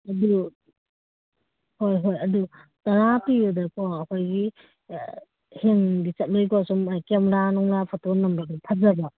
ꯑꯗꯨ ꯍꯣꯏ ꯍꯣꯏ ꯑꯗꯨ ꯇꯔꯥ ꯄꯤꯕꯗꯀꯣ ꯑꯩꯈꯣꯏꯒꯤ ꯍꯦꯡꯗꯤ ꯆꯠꯂꯣꯏꯀꯣ ꯁꯨꯝ ꯃꯥꯏ ꯀꯦꯃꯦꯔꯥ ꯅꯨꯡꯂꯥ ꯐꯣꯇꯣ ꯅꯝꯕꯗꯤ ꯐꯖꯕ꯭ꯔꯣ